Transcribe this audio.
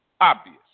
obvious